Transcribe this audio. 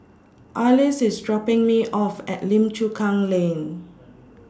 Arlis IS dropping Me off At Lim Chu Kang Lane